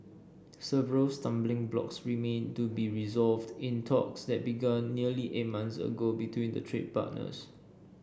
several stumbling blocks remain to be resolved in talks that began nearly eight months ago between the trade partners